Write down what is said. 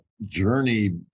journey